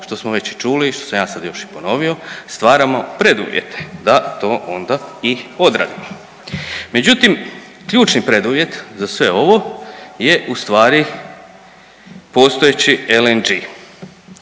što smo već i čuli i što sam ja sad još i ponovio stvaramo preduvjete da to onda i odradimo. Međutim ključni preduvjet za sve ovo je ustvari postojeći LNG.